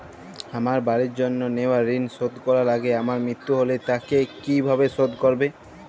আমার বাড়ির জন্য নেওয়া ঋণ শোধ করার আগে আমার মৃত্যু হলে তা কে কিভাবে শোধ করবে?